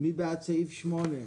הצבעה סעיף 85(7)